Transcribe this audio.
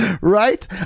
Right